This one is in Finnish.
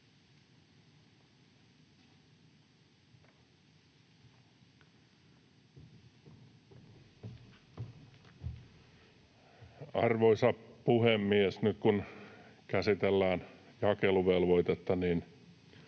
Arvoisa puhemies! Nyt kun käsitellään jakeluvelvoitetta, niin